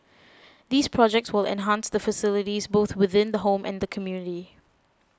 these projects will enhance the facilities both within the home and the community